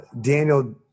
Daniel